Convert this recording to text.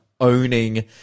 owning